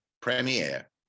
premiere